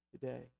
today